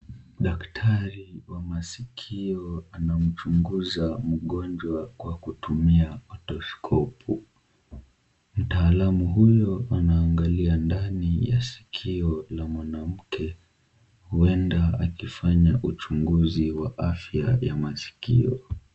Daktari wa masikio anamchunguza mgonjwa kwa kutumia sthetoscopu . Mtaalamu huyo anaangalia ndani ya sikio la mwanamke, huenda akifanya uchunguzi wa afya ya masikio.